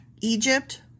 Egypt